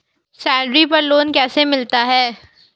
Salary पर loan कैसे मिलता है?